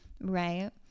right